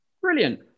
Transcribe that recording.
Brilliant